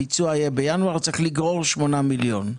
הביצוע היה בינואר, צריך לגרור שמונה מיליון.